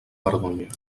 vergonya